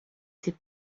ses